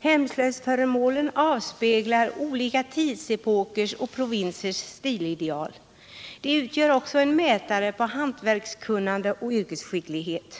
Hemslöjdsföremålen avspeglar olika tidsepokers och provinsers stilideal. De utgör också en mätare på hantverkskunnande och yrkesskicklighet.